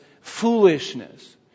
foolishness